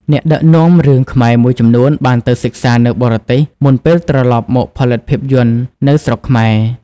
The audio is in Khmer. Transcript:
អ្នកដឹកនាំរឿងខ្មែរមួយចំនួនបានទៅសិក្សានៅបរទេសមុនពេលត្រឡប់មកផលិតភាពយន្តនៅស្រុកខ្មែរ។